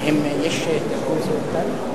בבקשה.